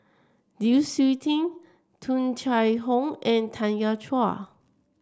Lu Suitin Tung Chye Hong and Tanya Chua